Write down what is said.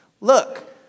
Look